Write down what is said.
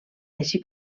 així